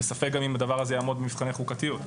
בספק אם הדבר הזה יעמוד במבחן החוקתיות.